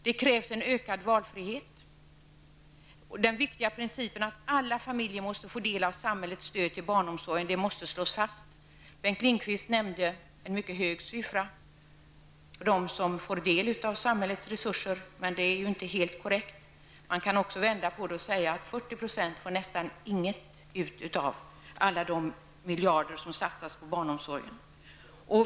Det krävs en ökad valfrihet. Den viktiga principen att alla familjer måste få del av samhällets stöd till barnomsorgen måste slås fast. Bengt Lindqvist nämnde en mycket hög siffra beträffande dem som får del av samhällets resurser, men denna siffra är inte helt korrekt. Man kan också vända på det och säga att 40 % får nästan ingenting av alla de miljarder som satsas på barnomsorgen.